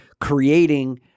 creating